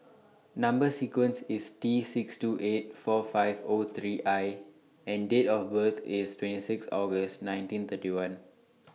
Number sequence IS T six two eight four five O three I and Date of birth IS twenty six August nineteen thirty one